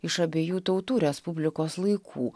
iš abiejų tautų respublikos laikų